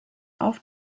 auf